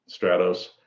Stratos